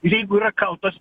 jeigu yra kaltas